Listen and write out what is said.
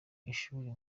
ishuri